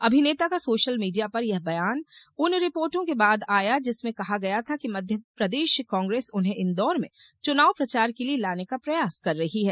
अभिनेता का social media पर यह बयान उन रिपोर्टो के बाद आया जिसमें कहा गया था कि मध्य प्रदेश कांग्रेस उन्हें इंदौर में चुनाव प्रचार के लिए लाने का प्रयास कर रही है